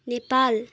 Nepal